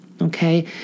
Okay